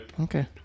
Okay